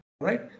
Right